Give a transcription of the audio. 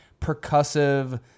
percussive